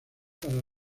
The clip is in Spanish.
para